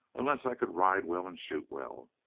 unless i could ride well and shoot well.